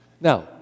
Now